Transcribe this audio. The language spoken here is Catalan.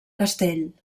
castell